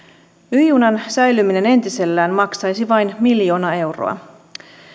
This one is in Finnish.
y junan säilyminen entisellään maksaisi vain miljoona euroa